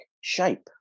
shape